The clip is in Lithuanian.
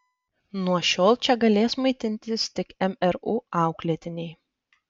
nuo šiol čia galės maitintis tik mru auklėtiniai